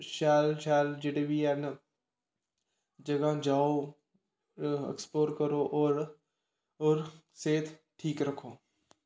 शैल शैल जेह्ड़े बी हैन जगह् जाओ ऐक्सपलोर करो होर होर सेह्त ठीक रक्खो